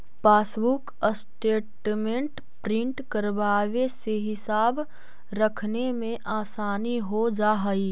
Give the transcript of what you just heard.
passbook statement print करवावे से हिसाब रखने में आसानी हो जा हई